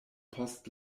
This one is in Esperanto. post